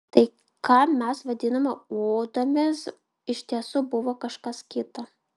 tai ką mes vadinome ūdomis iš tiesų buvo kažkas kita